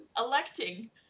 electing